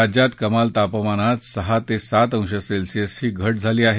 राज्यात कमाल तापमानात सहा ते सात अंश सेल्सिअसची घट झाली आहे